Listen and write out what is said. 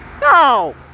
No